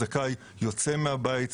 הזכאי יוצא מהבית,